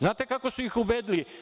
Znate kako su ih ubedili?